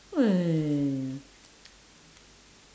!aiya!